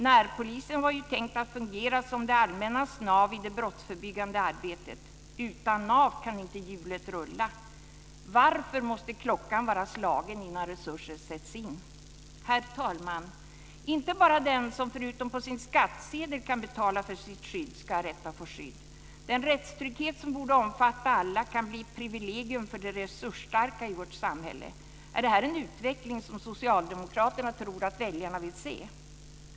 Närpolisen var ju tänkt att fungera som det allmännas nav i det brottsförebyggande arbetet. Utan nav kan inte hjulet rulla. Varför måste klockan vara slagen innan resurser sätts in? Herr talman! Inte bara den som förutom på sin skattsedel kan betala för sitt skydd ska ha rätt att få skydd. Den rättstrygghet som borde omfatta alla kan bli ett privilegium för de resursstarka i vårt samhälle. Är det här en utveckling som Socialdemokraterna tror att väljarna vill se?